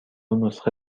نسخه